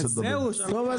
טוב.